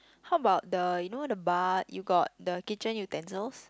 how about the you know the bar you got the kitchen utensils